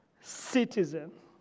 citizen